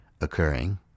occurring